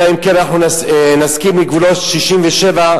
אלא אם כן נסכים לגבולות 67',